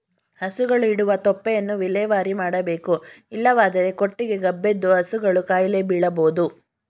ಹಸುಗಳು ಇಡುವ ತೊಪ್ಪೆಯನ್ನು ವಿಲೇವಾರಿ ಮಾಡಬೇಕು ಇಲ್ಲವಾದರೆ ಕೊಟ್ಟಿಗೆ ಗಬ್ಬೆದ್ದು ಹಸುಗಳು ಕಾಯಿಲೆ ಬೀಳಬೋದು